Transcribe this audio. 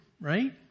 right